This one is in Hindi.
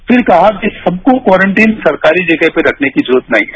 छिर कहा कि सब को क्वारंटिन सरकारी जगह पर रखने की जरूरत नही है